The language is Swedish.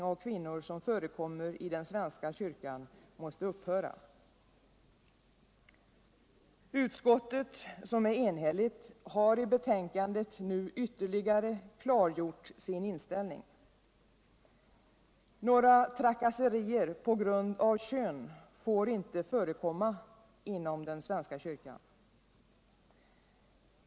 Utskottet, som är enhälligt, har i betänkandet nu ytterligare klargjort sin inställning. Några trakasserier på grund av kön får inte förekomma inom den svenska kyrkan.